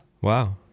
Wow